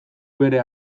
bere